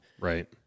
Right